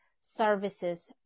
services